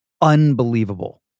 unbelievable